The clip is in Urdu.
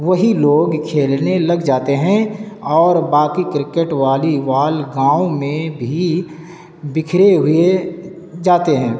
وہی لوگ کھیلنے لگ جاتے ہیں اور باقی کرکٹ والی وال گاؤں میں بھی بکھرے ہوئے جاتے ہیں